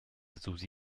susi